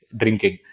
drinking